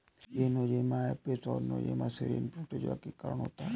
यह Nosema Apis और Nosema ceranae protozoa के कारण होता है